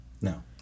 No